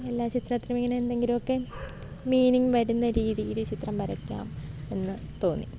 എല്ലാ ചിത്രത്തിലും ഇങ്ങനെ എന്തെങ്കിലും ഒക്കെ മീനിംഗ് വരുന്ന രീതിയില് ചിത്രം വരയ്ക്കാം എന്നു തോന്നി